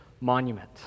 monument